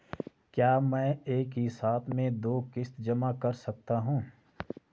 क्या मैं एक ही साथ में दो किश्त जमा कर सकता हूँ?